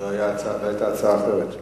היתה הצעה אחרת.